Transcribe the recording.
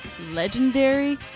legendary